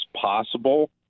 possible